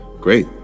great